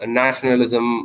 nationalism